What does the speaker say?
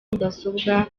mudasobwa